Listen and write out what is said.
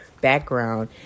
background